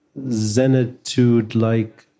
zenitude-like